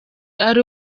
ari